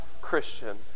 Christian